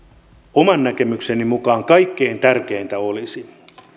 oman näkemykseni mukaan kaikkein tärkeintä olisi